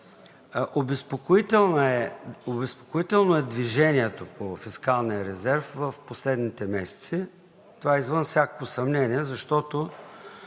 Обезпокоително е движението по фискалния резерв в последните месеци. Това е извън всякакво съмнение, защото